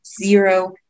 zero